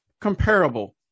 comparable